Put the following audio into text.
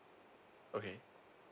okay